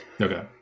Okay